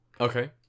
Okay